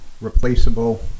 Replaceable